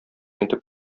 итеп